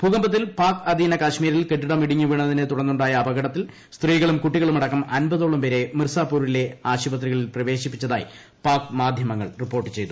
ഭൂകമ്പത്തിൽ പാക് അധീന കശ്മീരിൽ കെട്ടിടം ഇടിഞ്ഞ് വീണതിനെ തുടർന്നുണ്ടായ അപകടത്തിൽ സ്ത്രീകളും കുട്ടികളു മടക്കം അൻപതോളം പേരെ മിർസാപൂരിലെ ആശുപത്രികളിൽ പ്രവേശിപ്പിച്ചതായി പാക് മാധ്യമങ്ങൾ റിപ്പോർട്ട് ചെയ്തു